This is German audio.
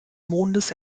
mondes